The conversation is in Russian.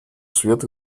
свет